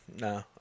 No